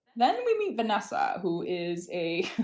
then we meet vanessa who is a,